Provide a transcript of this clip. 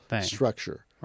structure